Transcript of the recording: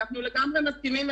אנחנו לגמרי מסכימים,